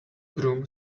broom